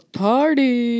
party